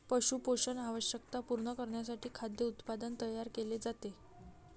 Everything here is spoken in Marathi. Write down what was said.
पशु पोषण आवश्यकता पूर्ण करण्यासाठी खाद्य उत्पादन तयार केले जाते